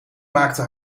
maakte